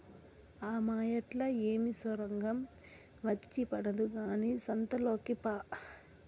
ఆ మాయేట్లా ఏమి సొరంగం వచ్చి పడదు కానీ సంతలోకి పా